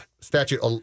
Statute